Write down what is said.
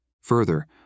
Further